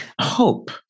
Hope